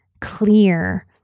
clear